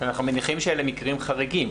אנחנו מניחים שאלה מקרים חריגים.